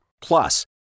Plus